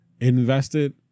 invested